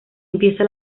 empieza